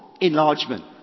enlargement